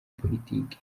politiki